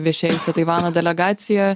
viešėjusia taivano delegaciją